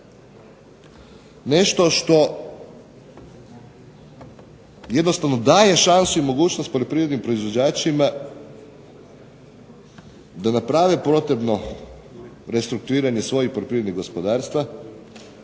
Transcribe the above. Nešto što jednostavno daje šansu i mogućnost poljoprivrednim proizvođačima da naprave potrebno restrukturiranje svojih poljoprivrednih gospodarstva